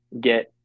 get